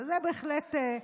וזה בהחלט,